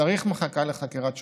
צריך מחלקה לחקירת שוטרים.